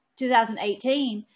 2018